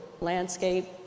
landscape